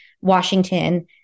Washington